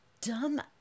dumb